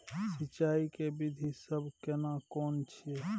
सिंचाई के विधी सब केना कोन छिये?